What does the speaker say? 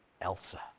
Elsa